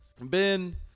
Ben